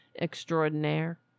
extraordinaire